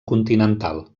continental